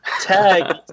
Tag